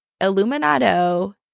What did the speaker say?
illuminato